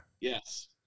yes